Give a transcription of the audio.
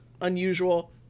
unusual